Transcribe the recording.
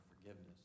forgiveness